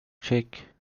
cheek